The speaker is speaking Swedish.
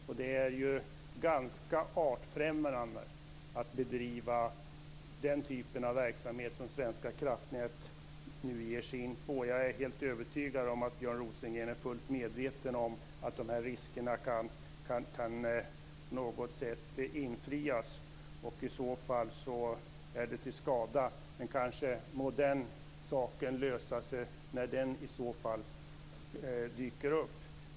Det är ganska artfrämmande att bedriva den typ av verksamhet som Svenska kraftnät nu ger sig in på. Jag är helt övertygad om att Björn Rosengren är fullt medveten om att de här riskerna på något sätt kan infrias. I så fall är det till skada. Men må den saken lösa sig när den i så fall dyker upp.